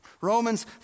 Romans